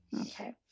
Okay